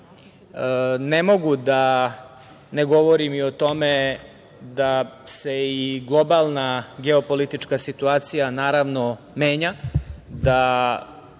mogu da ne govorim i o tome da se i globalna geo-politička situacija menja.